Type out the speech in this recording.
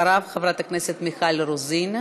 אחריו, חברת הכנסת מיכל רוזין.